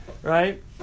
right